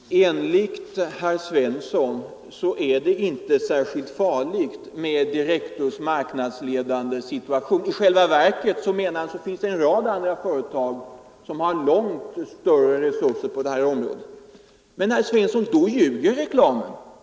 Herr talman! Enligt herr Svensson i Eskilstuna är det inte särskilt farligt med Direktus” marknadsledande ställning. Det skulle i själva verket finnas en rad andra företag med långt större resurser på det här området. Men, herr Svensson, då ljuger reklamen.